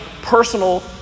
personal